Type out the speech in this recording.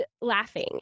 laughing